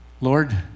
Lord